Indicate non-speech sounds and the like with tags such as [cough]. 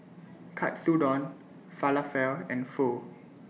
[noise] Katsudon Falafel and Pho